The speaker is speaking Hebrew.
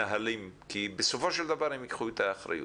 מנהלים כי בסופו של דבר הם ייקחו את האחריות.